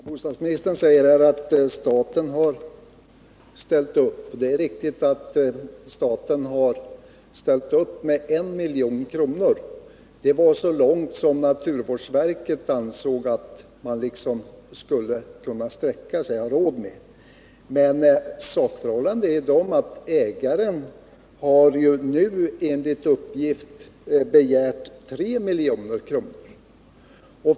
Herr talman! Bostadsministern säger att staten har ställt upp. Det är riktigt att staten har ställt upp med 1 milj.kr. Det var så mycket som naturvårdsverket ansåg att man skulle kunna ha råd med. Men sakförhållandet är att ägaren nu enligt uppgift har begärt 3 milj.kr.